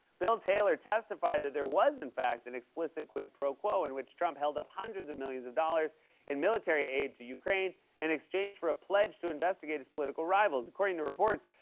bill taylor, testified that there was in fact an and explicit quid pro quo in which trump held up hundreds of millions of dollars in military aid to ukraine in exchange for a pledge to investigate his political rivals. according to reports,